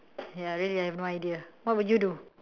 ya really I have no idea what would you do